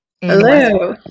Hello